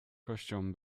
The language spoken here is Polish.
kością